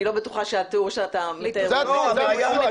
אני לא בטוחה שהתיאור שאתה מציג כאן הוא נכון.